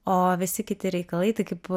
o visi kiti reikalai tai kaip